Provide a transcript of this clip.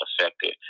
affected